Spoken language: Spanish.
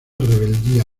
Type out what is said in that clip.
rebeldía